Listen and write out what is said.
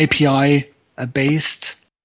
API-based